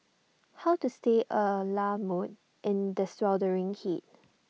how to stay A la mode in the sweltering heat